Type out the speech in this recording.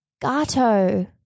Gato